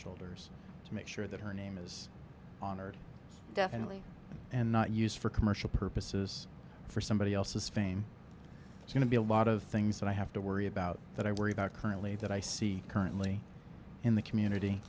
shoulders to make sure that her name is honored definitely and not used for commercial purposes for somebody else's fame to be a lot of things so i have to worry about that i worry that currently that i see currently in the community